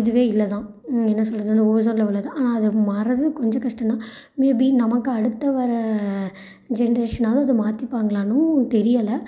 இதுவே இல்லைதான் என்ன சொல்றது அந்த ஓஸோனில் விழர்றது ஆனால் அது மார்றது கொஞ்சம் கஷ்டம்தான் மேபி நமக்கு அடுத்து வர ஜென்ரேஷனாவது அதை மாற்றிப்பாங்களான்னும் தெரியலை